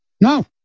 No